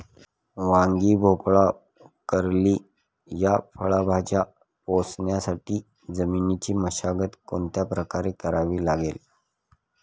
वांगी, भोपळा, कारली या फळभाज्या पोसण्यासाठी जमिनीची मशागत कोणत्या प्रकारे करावी लागेल?